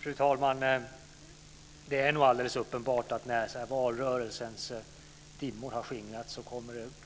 Fru talman! Det är nog alldeles uppenbart att det sedan valrörelsens dimmor har skingrats